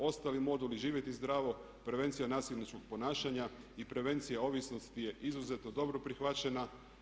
Ostali moduli Živjeti zdravo, prevencija nasilničkog ponašanja i prevencija ovisnosti je izuzetno dobro prihvaćena.